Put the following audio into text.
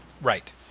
Right